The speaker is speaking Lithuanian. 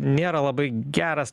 nėra labai geras